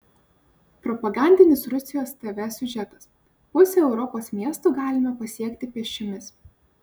propagandinis rusijos tv siužetas pusę europos miestų galime pasiekti pėsčiomis